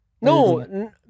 No